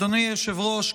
אדוני היושב-ראש,